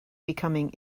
becoming